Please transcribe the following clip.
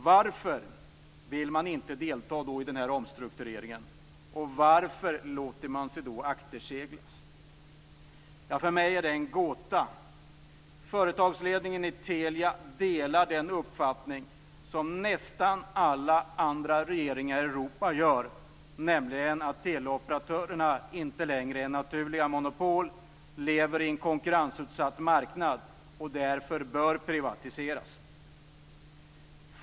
Varför vill man inte delta i omstruktureringen? Varför låter man sig akterseglas? För mig är det en gåta. Företagsledningen i Telia delar den uppfattning som nästan alla andra regeringar i Europa har, nämligen att teleoperatörerna inte längre är naturliga monopol utan lever i en konkurrensutsatt marknad och därför bör privatiseras.